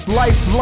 life